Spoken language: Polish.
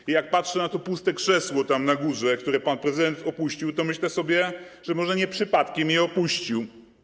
I jak patrzę na to puste krzesło tam na górze, które pan prezydent opuścił, to myślę sobie, że może nie przypadkiem je opuścił.